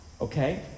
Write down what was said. Okay